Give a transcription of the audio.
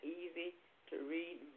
easy-to-read